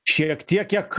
šiek tiek kiek